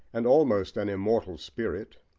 and almost an immortal spirit,